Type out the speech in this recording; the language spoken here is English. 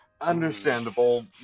Understandable